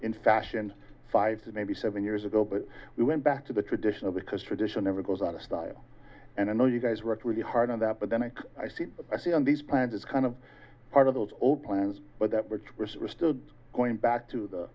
in fashion five to maybe seven years ago but we went back to the traditional because tradition never goes out of style and i know you guys worked really hard on that but then i think i see i see on these plans as kind of part of those old plans but that which was restored going back to the